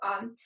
on